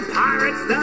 pirates